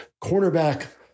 cornerback